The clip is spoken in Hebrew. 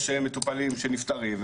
יש מטופלים שנפטרים,